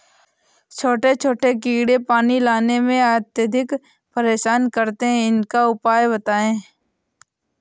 छोटे छोटे कीड़े पानी लगाने में अत्याधिक परेशान करते हैं इनका उपाय बताएं?